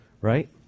right